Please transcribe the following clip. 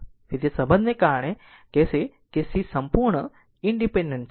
તેથી આ સંબંધને કારણે કહેશે કે સી સંપૂર્ણપણે ઇનડીપેન્ડેન્ટ છે